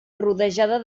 rodejada